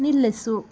ನಿಲ್ಲಿಸು